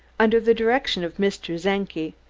under the direction of mr. czenki,